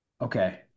okay